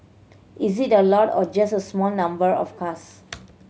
is it a lot or just a small number of cars